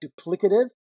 duplicative